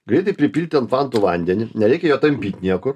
greitai pripilti ant vantų vandenį nereikia jo tampyt niekur